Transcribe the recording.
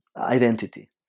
identity